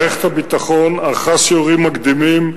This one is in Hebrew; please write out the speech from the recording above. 1 2. מערכת הביטחון ערכה סיורים מקדימים,